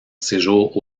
séjour